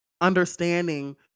understanding